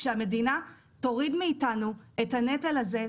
שהמדינה תוריד מאינו את הנטל הזה,